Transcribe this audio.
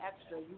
extra